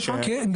כן,